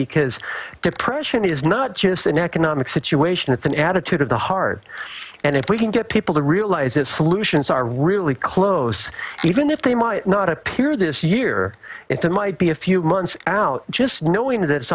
because depression is not just an economic situation it's an attitude of the heart and if we can get people to realize that solutions are really close even if they might not appear this year it might be a few months out just knowing that it's